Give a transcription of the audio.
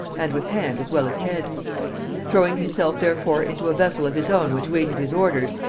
and with hand as well as head throwing himself therefore into a vessel of his own which waited his orders,